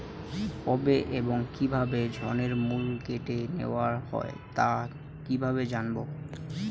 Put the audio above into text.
কবে এবং কিভাবে ঋণের মূল্য কেটে নেওয়া হয় তা কিভাবে জানবো?